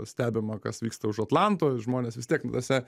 stebima kas vyksta už atlanto žmonės vis tiek nu ta prasme